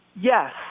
Yes